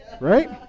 Right